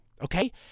Okay